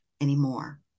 anymore